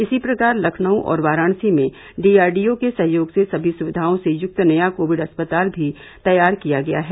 इसी प्रकार लखनऊ और वाराणसी में डीआरडीओ के सहयोग से सभी सुविधाओं से युक्त नया कोविड अस्पताल भी तैयार किया गया है